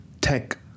tech